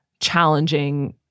challenging